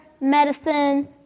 medicine